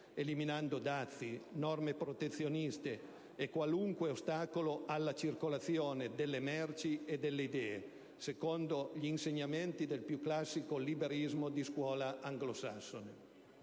eliminando dazi, norme protezioniste e qualunque ostacolo alla circolazione delle merci e delle idee, secondo gli insegnamenti del più classico liberismo di scuola anglosassone.